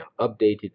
Updated